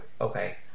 okay